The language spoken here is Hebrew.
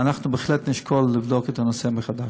בהחלט נשקול לבדוק את הנושא מחדש.